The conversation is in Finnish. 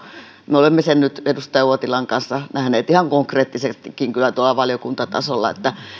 me olemme sen nyt edustaja uotilan kanssa nähneet ihan konkreettisestikin kyllä tuolla valiokuntatasolla että